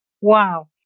Wow